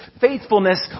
faithfulness